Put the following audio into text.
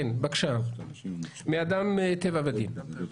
מאדם טבע אדם.